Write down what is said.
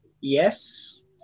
Yes